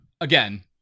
again